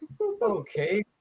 Okay